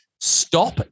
stop